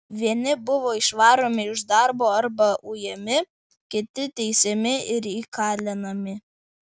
vieni buvo išvaromi iš darbo arba ujami kiti teisiami ir įkalinami